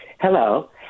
Hello